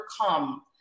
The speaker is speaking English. overcome